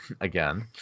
again